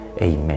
Amen